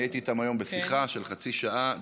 אני הייתי איתם היום בשיחה של חצי שעה.